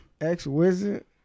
Ex-Wizard